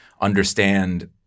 understand